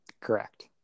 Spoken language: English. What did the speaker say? Correct